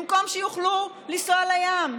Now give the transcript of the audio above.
במקום שיוכלו לנסוע לים,